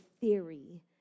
theory